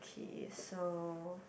okay so